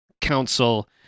council